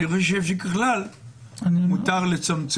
לדעתי, ככלל מותר לצמצם.